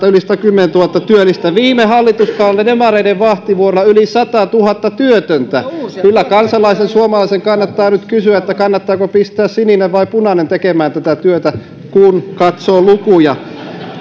yli satakymmentätuhatta työllistä viime hallituskaudella demareiden vahtivuorolla yli satatuhatta työtöntä kyllä kansalaisen suomalaisen kannattaa nyt kysyä kannattaako pistää sininen vai punainen tekemään tätä työtä kun katsoo lukuja